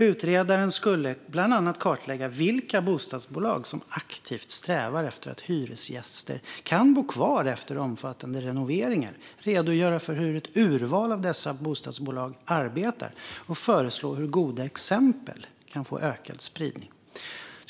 Utredaren skulle bland annat kartlägga vilka bostadsbolag som aktivt strävar efter att hyresgäster kan bo kvar efter omfattande renoveringar, redogöra för hur ett urval av dessa bostadsbolag arbetar och föreslå hur goda exempel kan få ökad spridning.